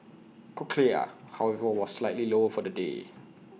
cochlear however was slightly lower for the day